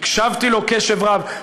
הקשבתי לו קשב רב,